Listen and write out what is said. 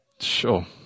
sure